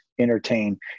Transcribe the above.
Entertain